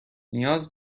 نیاز